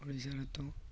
ଓଡ଼ିଆର ତ